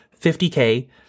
50K